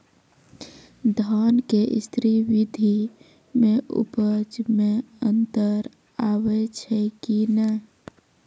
धान के स्री विधि मे उपज मे अन्तर आबै छै कि नैय?